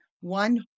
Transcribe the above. one